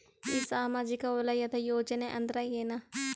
ಸಾಮಾಜಿಕ ವಲಯದ ಯೋಜನೆ ಅಂದ್ರ ಏನ?